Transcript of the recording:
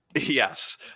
Yes